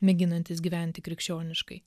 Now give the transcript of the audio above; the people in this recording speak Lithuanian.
mėginantys gyventi krikščioniškai